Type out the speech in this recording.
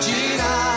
Gina